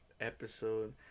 episode